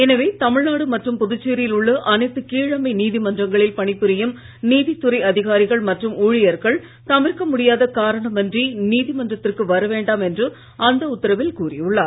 எனவே தமிழ்நாடு மற்றும் புதுச்சேரியில் உள்ள அனைத்து கீழமை நீதிமன்றங்களில் பணிபுரியும் நீதித் துறை அதிகாரிகள் மற்றும் ஊழியர்கள் தவிர்க்க முடியாத காரணம் அன்றி நீதிமன்றத்திற்கு வர வேண்டாம் என்று அந்த உத்தரவில் கூறி உள்ளார்